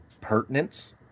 pertinence